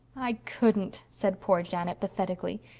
i couldn't, said poor janet pathetically.